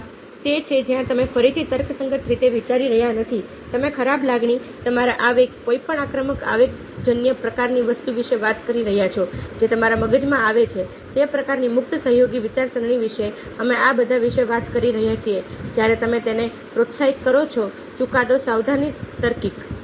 આ તે છે જ્યાં તમે ફરીથી તર્કસંગત રીતે વિચારી રહ્યા નથી તમે ખરાબ લાગણી તમારા આવેગ કોઈપણ આક્રમક આવેગજન્ય પ્રકારની વસ્તુ વિશે વાત કરી રહ્યા છો જે તમારા મગજમાં આવે છે તે પ્રકારની મુક્ત સહયોગી વિચારસરણી વિશે અમે આ બધા વિશે વાત કરી રહ્યા છીએ જ્યારે તમે તેને પ્રોત્સાહિત કરો છો ચુકાદો સાવધાની તાર્કિક